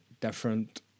different